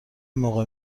موقع